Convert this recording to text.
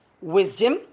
wisdom